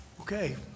Okay